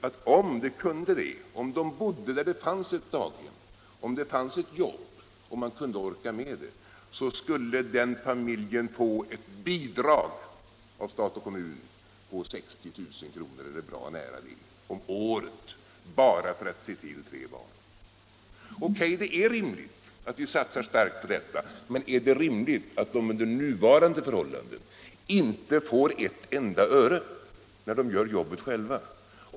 Men om de kunde, om de bodde där det fanns ett daghem, om det fanns jobb, om man kunde orka — då skulle den familjen få ett bidrag på bra nära 60 000 kr. om året för att se till tre barn. Är det rimligt? Låt vara, det är rimligt att vi satsar starkt på detta. Men är det rimligt att man under nuvarande förhållanden inte får ett enda öre när man gör jobbet själv?